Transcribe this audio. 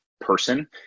person